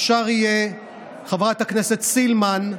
אפשר יהיה, חברת הכנסת סילמן,